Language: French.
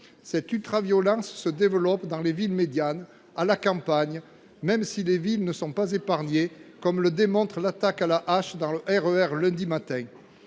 Cette ultraviolence se développe dans les villes médianes, à la campagne, même si les villes ne sont pas épargnées, comme le démontre l’attaque à la hache dans le RER lundi matin.